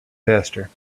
faster